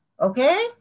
Okay